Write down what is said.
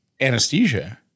anesthesia